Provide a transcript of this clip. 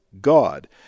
God